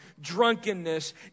drunkenness